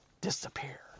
disappear